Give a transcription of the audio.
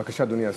בבקשה, אדוני השר.